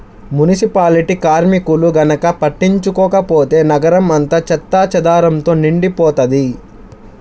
municipality కార్మికులు గనక పట్టించుకోకపోతే నగరం అంతా చెత్తాచెదారంతో నిండిపోతది